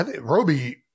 Roby